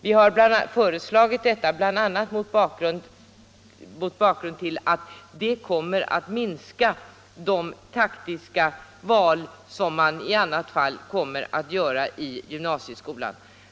Vi har föreslagit detta, bl.a. mot bakgrunden av att det kommer att minska de taktiska val som i annat fall kommer att göras i gymnasieskolan.